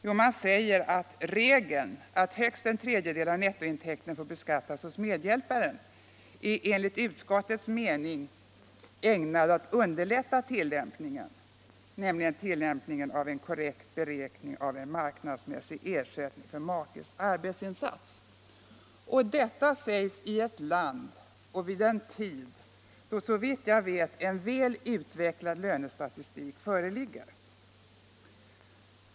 Jo, att regeln att högst en tredjedel av nettointäkten får beskattas hos medhjälparen enligt utskottets mening är ägnad att underlätta en korrekt beräkning av en marknadsmässig ersättning för makes arbetsinsats. Detta uttalande görs i ett land och vid en tid då såvitt jag vet en väl utvecklad lönestatistik föreligger.